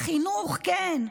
בחינוך, כן.